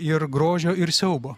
ir grožio ir siaubo